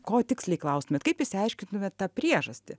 ko tiksliai klaustumėt kaip išsiaiškintumėt tą priežastį